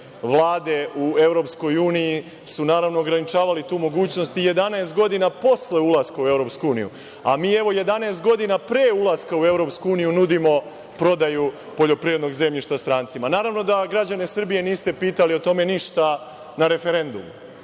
vlade u EU su, naravno, ograničavale tu mogućnost i 11 godina posle ulaska u EU, a mi, evo, 11 godina pre ulaska u EU nudimo prodaju poljoprivrednog zemljišta strancima. Naravno da građane Srbije niste pitali o tome ništa na referendumu,